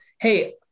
Hey